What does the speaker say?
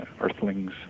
Earthlings